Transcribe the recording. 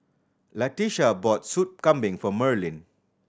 Latisha bought Soup Kambing for Merlyn